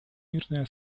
мирное